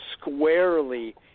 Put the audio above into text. squarely